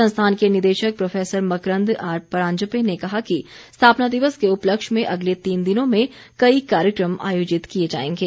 संस्थान के निदेशक प्रोफेसर मकरंद आर परांजपे ने कहा कि स्थापना दिवस के उपलक्ष्य में अगले तीन दिनों में कई कार्यक्रम आयोजित किए जाएंगे